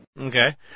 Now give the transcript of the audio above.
Okay